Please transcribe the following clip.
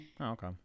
okay